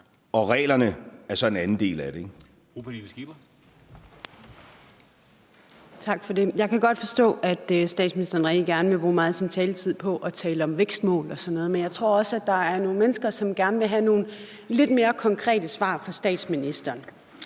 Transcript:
Reglerne er så en anden del af det.